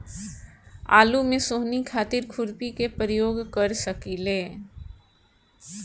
आलू में सोहनी खातिर खुरपी के प्रयोग कर सकीले?